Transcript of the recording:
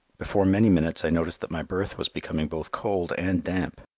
before many minutes i noticed that my berth was becoming both cold and damp.